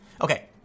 Okay